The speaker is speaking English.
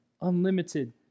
unlimited